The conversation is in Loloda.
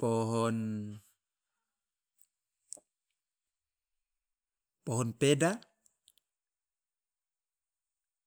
pohon pohon peda.